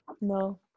no